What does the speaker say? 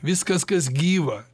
viskas kas gyva